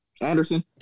Anderson